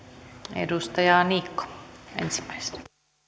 edustaja niikko ensimmäisenä